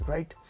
Right